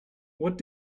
what